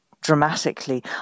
dramatically